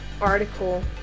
article